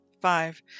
Five